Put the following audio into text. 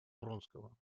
вронского